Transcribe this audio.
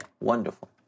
wonderful